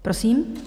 Prosím.